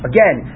Again